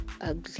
ugly